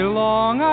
long